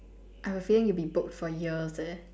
I have a feeling you will be booked for years eh